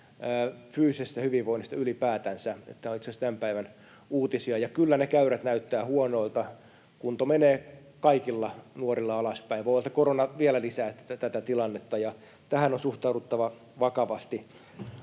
fyysisestä hyvinvoinnista ylipäätänsä. Tämä on itse asiassa tämän päivän uutisia. Ja kyllä ne käyrät näyttävät huonoilta. Kunto menee kaikilla nuorilla alaspäin. Voi olla, että korona vielä lisää tätä tilannetta. Tähän on suhtauduttava vakavasti.